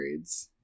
upgrades